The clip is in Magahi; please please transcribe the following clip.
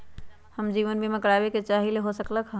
हम जीवन बीमा कारवाबे के चाहईले, हो सकलक ह?